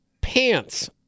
pants